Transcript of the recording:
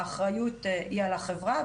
האחריות היא על החברה,